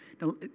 Now